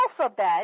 alphabet